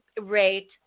rate